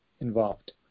involved